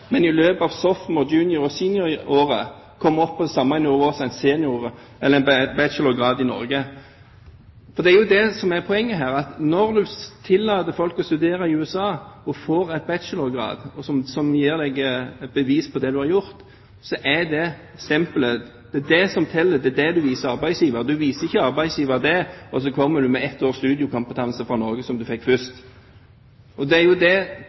men i løpet av sophomore-, junior- og senioråret komme opp på det samme nivået som en bachelorgrad i Norge. For det er jo det som er poenget her. Når en tillater folk å studere i USA og de får en bachelorgrad, som gir deg et bevis på det du har gjort, er det stempelet, det er det som teller, det er det du viser arbeidsgiver. Du viser ikke det til arbeidsgiver, og så kommer du med ett års studiekompetanse fra Norge som du fikk først. Det er jo det